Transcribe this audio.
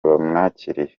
bamwakiriye